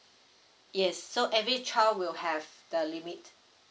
yes so every child will have the limit